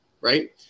Right